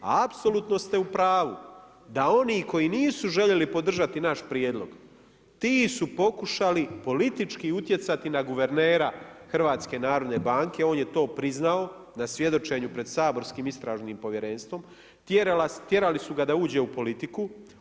A apsolutno ste u pravu, da oni koji nisu željeli podržati naš prijedlog, ti su pokušali politički utjecati na guvernera HNB, on je to priznao na svjedočenju pred saborskim Istražnim povjerenstvom, tjerali su vas da uđe u politiku.